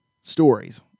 stories